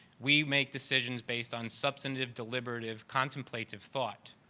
we make decisions based on substantive, deliberative, contemplative thought.